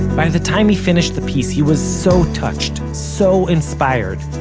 by the time he finished the piece, he was so touched, so inspired,